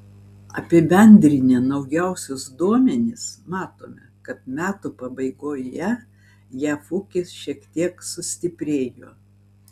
apibendrinę naujausius duomenis matome kad metų pabaigoje jav ūkis šiek tiek sustiprėjo